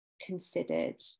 considered